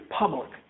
public